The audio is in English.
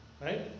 right